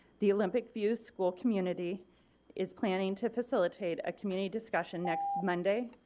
the olympic view school community is planning to facilitate a community discussion next monday